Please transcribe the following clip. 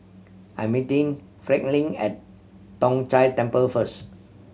I'm meeting Franklyn at Tong Whye Temple first